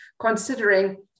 considering